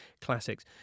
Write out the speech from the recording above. classics